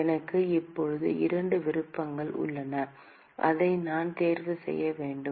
எனக்கு இப்போது இரண்டு விருப்பங்கள் உள்ளன எதை நான் தேர்வு செய்ய வேண்டும்